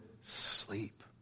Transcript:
sleep